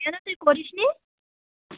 কেন তুই করিস নি